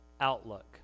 outlook